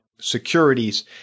securities